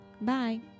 Bye